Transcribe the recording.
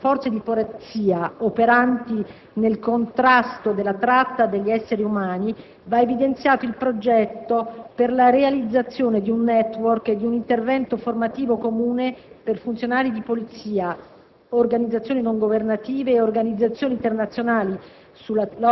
Tra le iniziative finalizzate alla formazione e all'aggiornamento delle Forze di polizia operanti nel contrasto della tratta degli esseri umani, va evidenziato il progetto per la «Realizzazione di un *network* e di un intervento formativo comune per funzionari di Polizia,